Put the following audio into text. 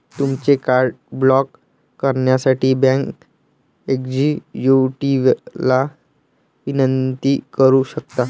तुमचे card block करण्यासाठी bank एक्झिक्युटिव्हला विनंती करू शकता